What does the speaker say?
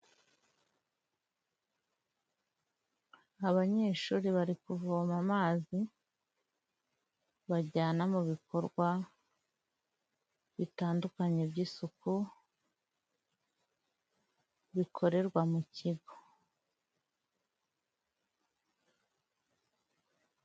Abanyeshuri bari kuvoma amazi bajyana mu bikorwa bitandukanye by'isuku bikorerwa mu kigo.